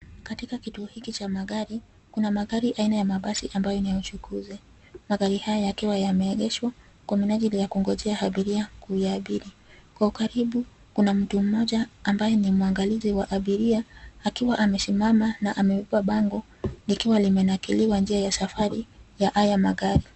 Katika kituo hiki cha magari, kuna magari aina ya mabasi ambayo ni ya uchukuzi. Magari haya yakiwa yameegeshwa kwa minajili ya kungojea abiria kuyaabiri. Kwa ukaribu, kuna mtu mmoja ambaye ni mwangalizi wa abiria akiwa amesimama na amebeba bango likiwa limenakiliwa njia ya safari ya magari haya.